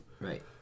Right